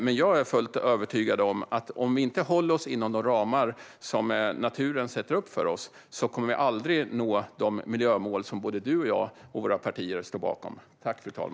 Men jag är fullt övertygad om att om vi inte håller oss inom de ramar som naturen sätter upp för oss kommer vi aldrig att nå de miljömål som såväl du och jag som våra partier står bakom.